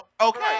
okay